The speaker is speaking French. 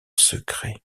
secret